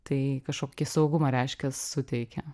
tai kažkokį saugumą reiškia suteikia